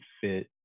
fit